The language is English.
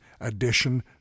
edition